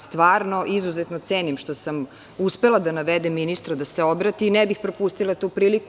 Stvarno izuzetno cenim što sam uspela da navedem ministra da se obrati i ne bih propustila tu priliku.